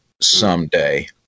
someday